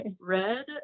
Red